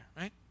right